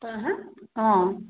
তই হা অঁ